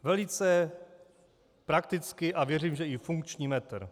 Velice praktický a věřím, že i funkční metr.